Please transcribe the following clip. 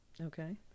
Okay